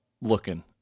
looking